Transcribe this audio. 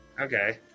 Okay